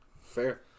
Fair